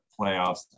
playoffs